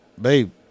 babe